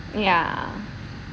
ya